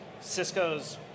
Cisco's